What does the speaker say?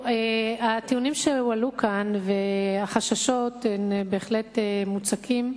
הטיעונים שהועלו כאן והחששות הם בהחלט מוצקים.